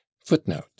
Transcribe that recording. Footnote